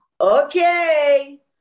Okay